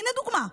הינה דוגמה.